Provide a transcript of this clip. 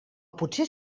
potser